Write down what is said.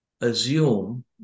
assume